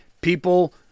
people